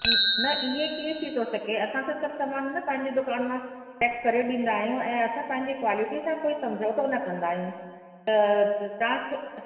न इहो किअं थी थो सघे असां त सभु सामान न पंहिंजे दुकान मां पैक करे ॾींदा आहियूं ऐं असां पंहिंजी क्वालिटी सां कोई सम्झोतो न कंदा आहियूं त तव्हां